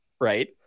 right